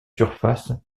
surface